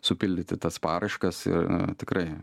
supildyti tas paraiškas ir tikrai